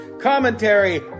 Commentary